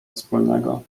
wspólnego